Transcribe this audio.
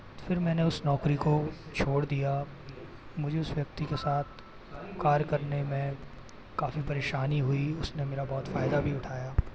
फिर मैंने उस नौकरी को छोड़ दिया मुझे उस व्यक्ति के साथ कार्य करने में काफ़ी परेशानी हुई उसने मेरा बहुत फ़ायदा भी उठाया